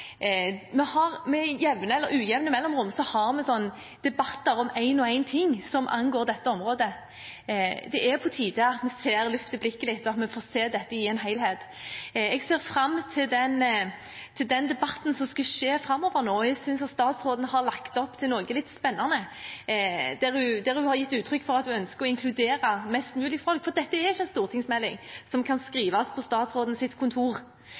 Med jevne eller ujevne mellomrom har vi debatter om én og én ting som angår dette området. Det er på tide at vi løfter blikket litt og ser dette i en helhet. Jeg ser fram til debatten som kommer framover. Jeg synes statsråden har lagt opp til noe litt spennende. Hun har gitt uttrykk for at hun ønsker å inkludere mest mulig folk, for dette er ikke en stortingsmelding som kan skrives på statsrådens kontor.